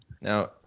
Now